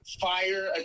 fire